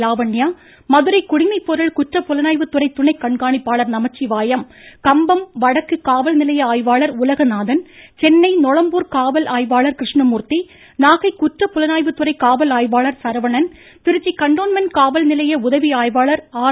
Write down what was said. லாவன்யா மதுரை குடிமைப்பொருள் குற்ற புலனாய்வுத்துறை துணை கண்காணிப்பாளர் நமச்சிவாயம் கம்பம் வடக்கு காவல்நிலைய ஆய்வாளர் உலகநாதன் சென்னை நொளம்பூர் காவல் ஆய்வாளர் கிருஷ்ணமூர்த்தி நாகை குற்றப்புலனாய்வுத்துறை காவல் ஆய்வாளர் சரவணன் திருச்சி கண்டோன்மெண்ட் காவல்நிலைய உதவி ஆய்வாளர் ஆர்